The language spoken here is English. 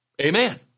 Amen